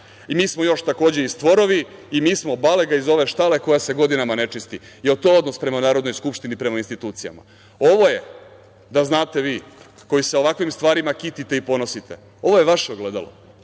Mi smo još, takođe, i stvorovi i mi smo balega iz ove štale koja se godina ne čisti. Da li je to odnos prema Narodnoj skupštini, prema institucijama? Ovo je, da znate vi koji se ovakvim stvarima kitite i ponosite, ovo je vaše ogledalo